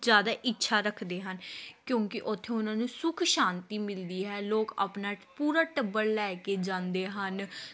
ਜ਼ਿਆਦਾ ਇੱਛਾ ਰੱਖਦੇ ਹਨ ਕਿਉਂਕਿ ਉੱਥੇ ਉਹਨਾਂ ਨੂੰ ਸੁੱਖ ਸ਼ਾਂਤੀ ਮਿਲਦੀ ਹੈ ਲੋਕ ਆਪਣਾ ਪੂਰਾ ਟੱਬਰ ਲੈ ਕੇ ਜਾਂਦੇ ਹਨ